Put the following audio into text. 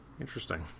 Interesting